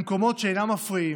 במקומות שאינם מפריעים,